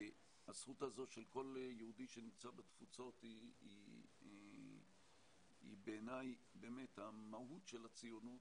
הזכות הזאת של כל יהודי שנמצא בתפוצות היא בעיניי המהות של הציונות,